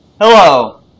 Hello